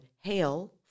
hail